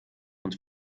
und